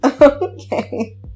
Okay